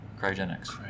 cryogenics